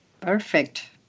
Perfect